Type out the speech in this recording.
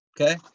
Okay